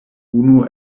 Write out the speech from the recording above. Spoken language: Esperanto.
unu